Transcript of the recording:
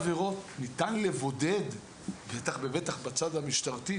ניתן לבודד את אותן עבירות בטח ובטח בצד המשטרתי